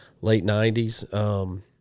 late-90s